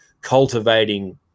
cultivating